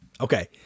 okay